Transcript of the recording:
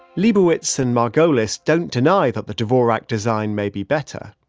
liebowitz and margolis don't deny that the dvorak design may be better.